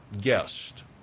guest